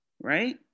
right